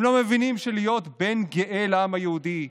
הם לא מבינים שלהיות בן גאה לעם היהודי,